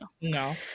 No